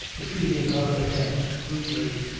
defeating her attempt rudely.